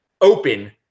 open